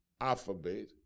alphabet